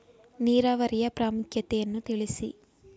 ನೀರಾವರಿಯ ಪ್ರಾಮುಖ್ಯತೆ ಯನ್ನು ತಿಳಿಸಿ?